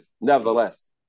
Nevertheless